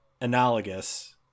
analogous